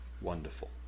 wonderful